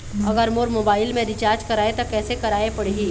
अगर मोर मोबाइल मे रिचार्ज कराए त कैसे कराए पड़ही?